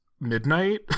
midnight